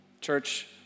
Church